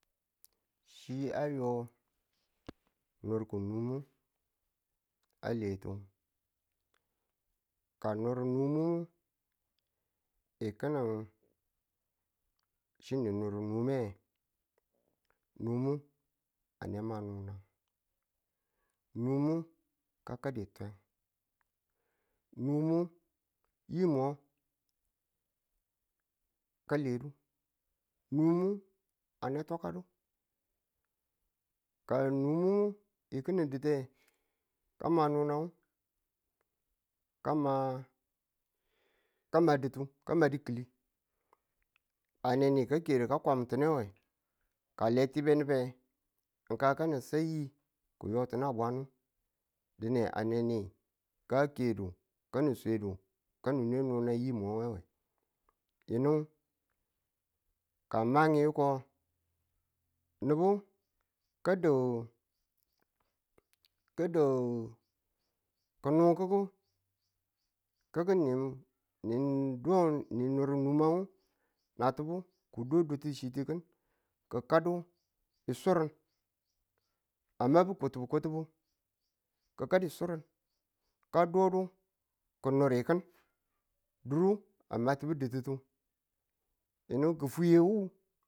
Chi a yo nokunumu a leti kanur munu ng kenin chir ninur nume, numu a ne ma nuna, numu ka kadi twen numu yi mo ka ladu numu a nwe twakadu ka numu ki̱ni dutuye, ka ma dunang kama ka ma dutu ka madu ki̱li. Ane ni ka ke du ku kwamuntunuwe ka in letibe nubenge, kawure kanin sa yi ki̱yotono a wadu dine ane ni ka kedu kani̱n swedu ka ni̱n nwe nunan yimo we. yinu ka ng mang yiko nge nubu ka dau ka dau kununkoko ki̱ki̱ni nur numang, natibu ki̱ du dutuchitu kin, kị kadu ng chur a mabu kwatubu kwatubu ki̱kadi swar ka dodu ki̱ nurikin duro a matibe dututu yino ki̱sweyew.